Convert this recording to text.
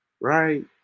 right